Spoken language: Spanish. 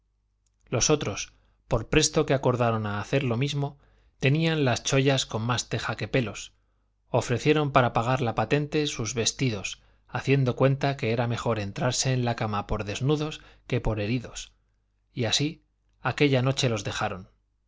otros por presto que acordaron a hacer lo mismo ya tenían las chollas con más tejas que pelos ofrecieron para pagar la patente sus vestidos haciendo cuenta que era mejor entrarse en la cama por desnudos que por heridos y así aquella noche los dejaron